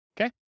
Okay